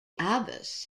abbess